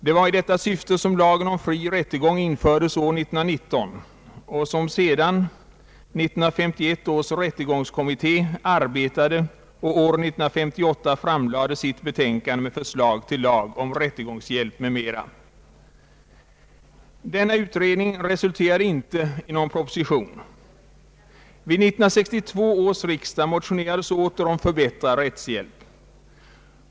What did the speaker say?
Det var i detta syfte som lagen om fri rättegång infördes år 1919 och som sedan 1951 års rättegångskommitté arbetade och år 1958 framlade sitt betänkande med förslag till lag om rättegångshjälp m.m. Denna utredning resulterade inte i någon proposition. Vid 1962 års riksdag motionerades åter om förbättrad rättshjälp.